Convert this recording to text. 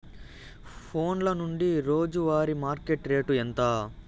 ఫోన్ల నుండి రోజు వారి మార్కెట్ రేటు ఎంత?